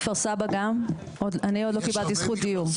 כפר סבא גם אני עוד לא קיבלתי זכות דיבור,